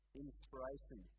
inspiration